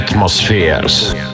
atmospheres